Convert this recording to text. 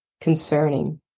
concerning